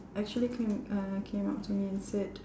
actually came uh came up to me and said